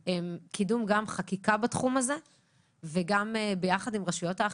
הם קידום חקיקה בתחום הזה יחד עם רשויות האכיפה.